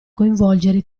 coinvolgere